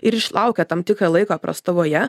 ir išlaukę tam tikrą laiką prastovoje